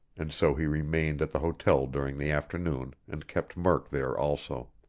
and so he remained at the hotel during the afternoon and kept murk there also.